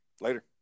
Later